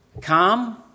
Calm